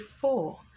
four